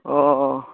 অঁ অঁ